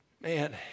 man